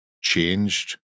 changed